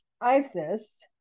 ISIS